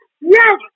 yes